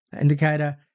indicator